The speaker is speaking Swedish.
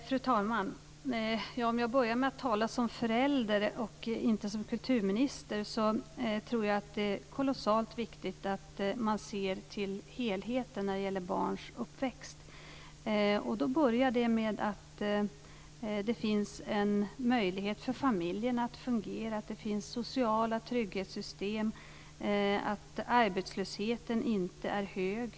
Fru talman! Om jag börjar med att tala som förälder och inte som kulturminister tror jag att det är kolossalt viktigt att man ser till helheten när det gäller barns uppväxt. Då börjar det med att det finns en möjlighet för familjen att fungera, att det finns sociala trygghetssystem, att arbetslösheten inte är hög.